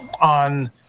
on